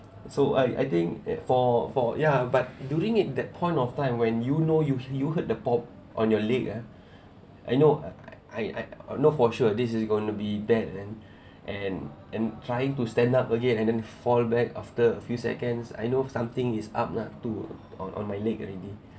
so I I think for for ya but during it that point of time when you know you hear you heard the pop on your leg ah I know I know for sure this is going to be bad and and and trying to stand up again and then fall back after a few seconds I know something is up ah to on on my leg already